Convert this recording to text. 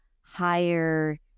higher